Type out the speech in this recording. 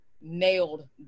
nailed